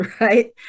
right